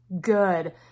good